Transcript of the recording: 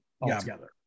altogether